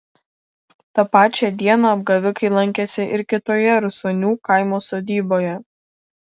tą pačią dieną apgavikai lankėsi ir kitoje rusonių kaimo sodyboje